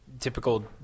Typical